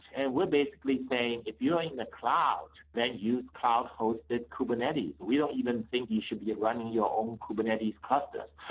and we're basically saying if you're in the cloud, then use cloud-hosted kubernetes. we don't even think you should be running your own kubernetes clusters.